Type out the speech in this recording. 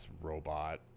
robot